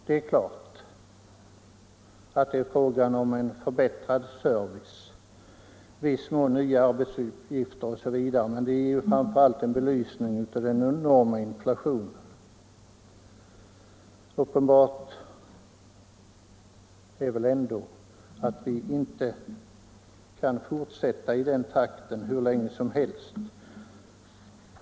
Det är givetvis fråga om förbättrad service och i viss mån nya arbetsuppgifter, men de ökade utgifterna för vårt landsting ger framför allt en belysning av den enorma inflationen. Det är väl uppenbart att vi inte kan fortsätta i den nuvarande takten hur länge som helst.